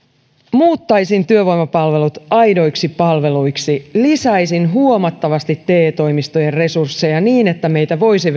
muuttaisin työvoimapalvelut aidoiksi palveluiksi lisäisin huomattavasti te toimistojen resursseja niin että meitä voisi